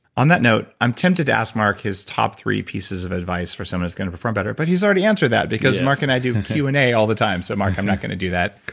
on that note, i'm tempted to ask mark his top three pieces of advice for someone who's going to perform better, but he's already answered that because mark and i do q and a all the time. so mark, i'm not going to do that. cool.